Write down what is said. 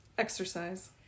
exercise